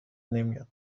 نمیاد